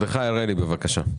בבקשה.